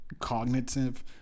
cognitive